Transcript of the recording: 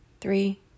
three